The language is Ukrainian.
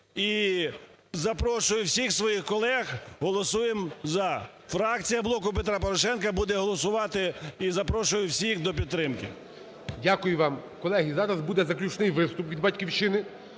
і запрошую всіх своїх колег, голосуємо "за". Фракція "Блоку Петра Порошенка" буде голосувати, і запрошую всіх до підтримки. ГОЛОВУЮЧИЙ. Дякую вам. Колеги, зараз буде заключний виступ від "Батьківщини".